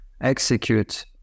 execute